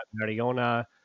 Mariona